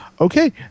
Okay